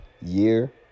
year